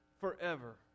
forever